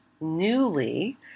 newly